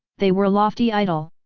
they were lofty idol.